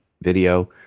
video